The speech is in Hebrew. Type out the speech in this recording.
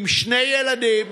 עם שני ילדים.